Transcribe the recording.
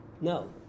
no